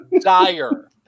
dire